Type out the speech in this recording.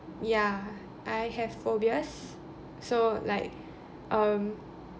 ya I have phobias so like um